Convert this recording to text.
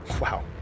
Wow